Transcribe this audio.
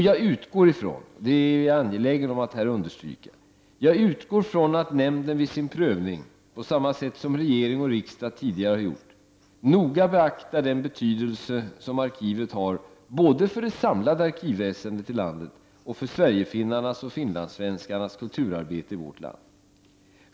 Jag är angelägen om att här understyrka att jag utgår ifrån att nämnden vid sin prövning, på samma sätt som regering och riksdag tidigare har gjort, noga beaktar den betydelse som arkivet har, både för det samlade arkivväsendet i landet och för Sverigefinnarnas och finlandssvenskarnas kulturarbete i vårt land.